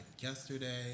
yesterday